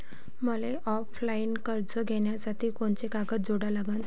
मले ऑफलाईन कर्ज घ्यासाठी कोंते कागद जोडा लागन?